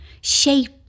shape